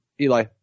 Eli